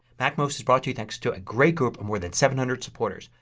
macmost is brought to you thanks to a great group of more than seven hundred supporters.